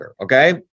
okay